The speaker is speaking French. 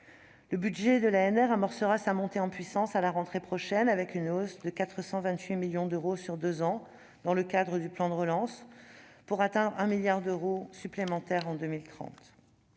Le budget de l'ANR amorcera sa montée en puissance à la rentrée prochaine avec une hausse de 428 millions d'euros sur deux ans dans le cadre du plan de relance, pour atteindre 1 milliard d'euros supplémentaires en 2030.